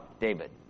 David